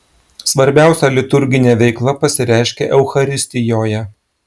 svarbiausia liturginė veikla pasireiškia eucharistijoje